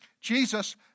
Jesus